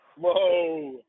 Whoa